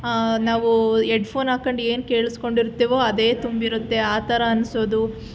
ನಾವು ಎಡ್ಫೋನ್ ಹಾಕ್ಕೊಂಡು ಏನು ಕೇಳಿಸ್ಕೊಂಡಿರ್ತೇವೋ ಅದೇ ತುಂಬಿರುತ್ತೆ ಆ ಥರ ಅನ್ಸೋದು